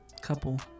couple